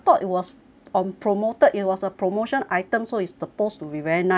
on promoted it was a promotion item so it's supposed to be very nice right